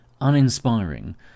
uninspiring